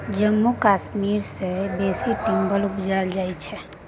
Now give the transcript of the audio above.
जम्मू कश्मीर सबसँ बेसी टिंबर उपजाबै छै